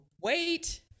Wait